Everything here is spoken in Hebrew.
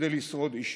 כדי לשרוד אישית.